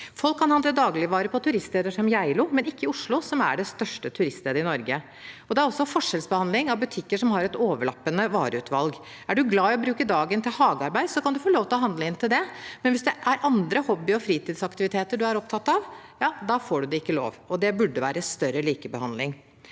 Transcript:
Folk kan handle dagligvarer på turiststeder som Geilo, men ikke i Oslo, som er det største turiststedet i Norge. Det er også forskjellsbehandling av butikker som har et overlappende vareutvalg. Er du glad i å bruke dagen til hagearbeid, kan du få lov til å handle inn til det, men hvis det er andre hobbyer og fritidsaktiviteter du er opptatt av, ja, da får du ikke lov. Det burde være større likebehandling.